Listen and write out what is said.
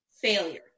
failure